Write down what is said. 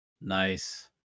Nice